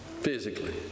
physically